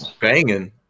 banging